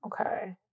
Okay